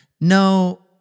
no